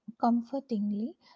comfortingly